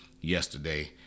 yesterday